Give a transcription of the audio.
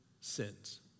sins